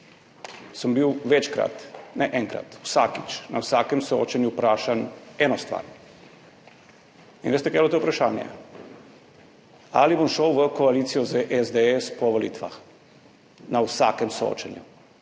sem bil večkrat, ne enkrat, vsakič, na vsakem soočenju vprašan eno stvar. In veste, katero je bilo to je vprašanje? Ali bom šel v koalicijo z SDS po volitvah? Na vsakem soočenju.